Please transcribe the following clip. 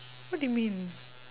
what do you mean